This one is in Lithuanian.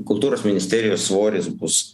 kultūros ministerijos svoris bus